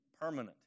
permanent